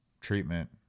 treatment